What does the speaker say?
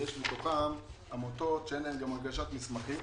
ויש מתוכן עמותות שאין להן גם הגשת מסמכים.